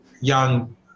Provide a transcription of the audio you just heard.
young